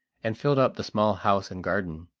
and filled up the small house and garden.